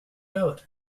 out